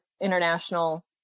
international